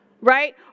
Right